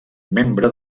membre